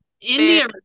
India